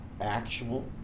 actual